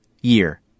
Year